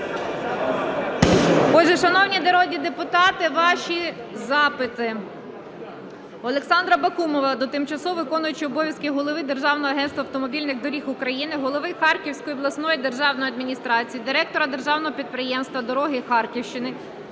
Отже, шановні народні депутати, ваші запити. Олександра Бакумова до тимчасово виконуючого обов'язки голови Державного агентства автомобільних доріг України, голови Харківської обласної державної адміністрації, директора державного підприємства "Дороги Харківщини"